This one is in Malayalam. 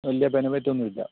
വലിയ ബെനിഫിറ്റ് ഒന്നും ഇല്ല